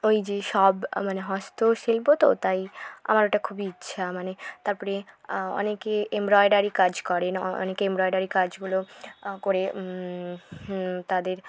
ওই যে সব মানে হস্তশিল্প তো তাই আমার ওটা খুবই ইচ্ছা মানে তারপরে অনেকে এম্ব্রয়ডারি কাজ করেন অনেকে এম্ব্রয়ডারি কাজগুলো করে তাদের